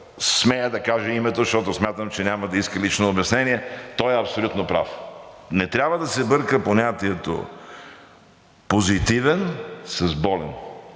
смея да кажа името, защото смятам, че няма да иска лично обяснение, той е абсолютно прав. Не трябва да се бърка понятието „позитивен“ с „болен“.